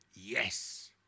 yes